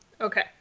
Okay